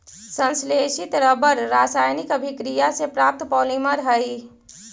संश्लेषित रबर रासायनिक अभिक्रिया से प्राप्त पॉलिमर हइ